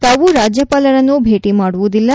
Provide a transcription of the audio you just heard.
ತಾವು ರಾಜ್ಯಪಾಲರನ್ನು ಭೇಟಿ ಮಾಡುವುದಿಲ್ಲ